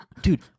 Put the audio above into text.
dude